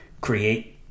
create